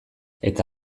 eta